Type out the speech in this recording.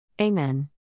Amen